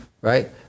Right